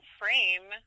frame